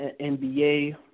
NBA